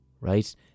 right